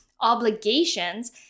obligations